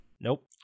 Nope